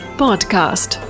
podcast